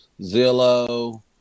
Zillow